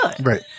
Right